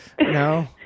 no